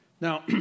Now